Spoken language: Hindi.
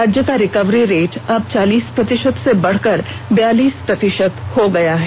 राज्य का रिकवरी रेट अब चालीस प्रतिशत से बढ़कर बयालीस प्रतिशत हो गया है